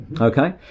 Okay